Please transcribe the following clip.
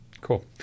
Cool